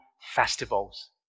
festivals